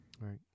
right